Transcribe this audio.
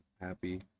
happy